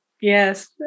Yes